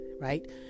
Right